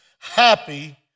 Happy